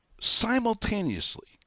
simultaneously